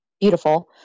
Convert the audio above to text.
Beautiful